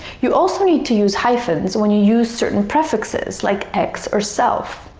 you also need to use hyphens when you use certain prefixes, like ex or self.